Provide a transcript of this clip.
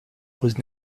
was